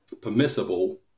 permissible